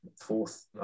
fourth